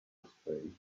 explain